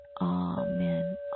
amen